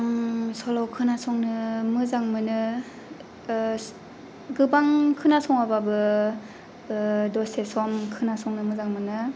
आं सल' खोनासंनो मोजां मोनो गोबां खोनासङा बाबो दसे सम खोनासंनो मोजां मोनो